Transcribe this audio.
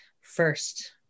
first